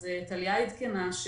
טליה עדכנה,